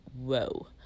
whoa